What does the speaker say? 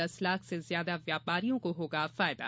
दस लाख से ज्यादा व्यापारियों को होगा फायदा